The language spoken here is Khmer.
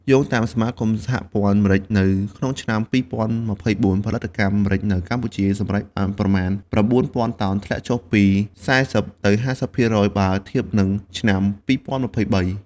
យោងតាមសមាគមសហព័ន្ធម្រេច នៅក្នុងឆ្នាំ ២០២៤ ផលិតកម្មម្រេចនៅកម្ពុជាសម្រេចបានប្រមាណ ៩ ពាន់តោន ធ្លាក់ចុះពី ៤០ ទៅ ៥០ ភាគរយ បើធៀបនឹងឆ្នាំ ២០២៣។